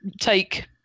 take